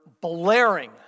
blaring